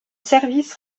services